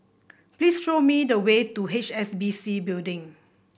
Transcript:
please show me the way to H S B C Building